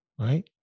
right